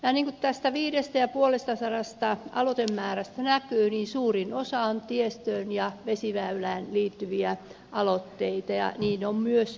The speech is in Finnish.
niin kuin tästä viiden ja puolen sadan aloitemäärästä näkyy suurin osa on tiestöön ja vesiväyliin liittyviä aloitteita ja niin on myös minulla